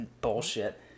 bullshit